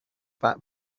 that